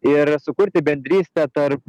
ir sukurti bendrystę tarp